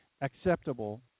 acceptable